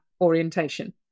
orientation